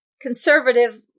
conservative